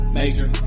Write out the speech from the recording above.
major